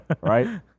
right